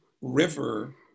river